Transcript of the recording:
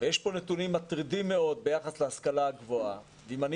יש פה נתונים מטרידים מאוד ביחס להשכלה הגבוהה ואם אני